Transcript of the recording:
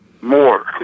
More